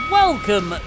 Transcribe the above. welcome